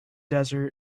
desert